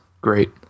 great